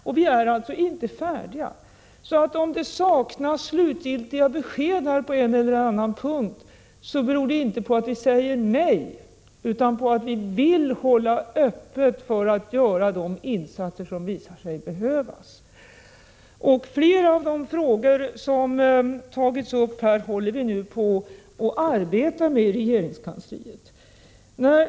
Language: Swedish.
Men vi är alltså inte färdiga, så om det saknas slutgiltiga besked på en eller annan punkt beror det inte på att vi säger nej utan på att vi vill hålla öppet för att göra de insatser som visar sig behövas. Flera av de frågor som tagits upp här håller vi nu på och arbetar med i regeringskansliet.